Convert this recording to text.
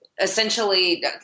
essentially